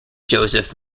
joseph